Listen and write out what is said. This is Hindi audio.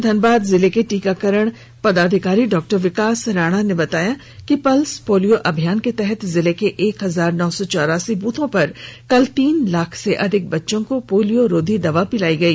धनबाद जिले के टीकाकरण पदाधिकारी डॉ विकास राणा ने बताया कि पल्स पोलियो अभियान के इधर तहत जिले के एक हजार नौ सौ चौरासी ब्रथों पर कल तीन लाख से अधिक बच्चों को पोलियो रोधी दवा पिलाई गई